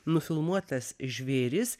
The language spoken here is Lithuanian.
nufilmuotas žvėris